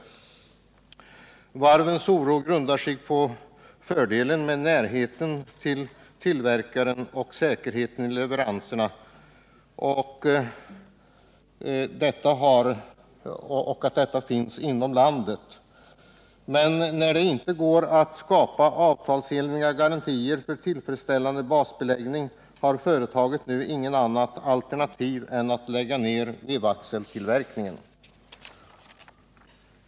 Varvens oro när det gäller tillverkningen grundar sig på fördelen med närheten till tillverkaren och säkerheten i leveranserna liksom fördelen av att tillverkningen bedrivs inom landet. När det inte går att skapa avtalsenliga garantier för en tillfredsställande basbeläggning, har emellertid Motala Verkstad inget annat alternativ än att lägga ner vevaxeltillverkningen.